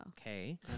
Okay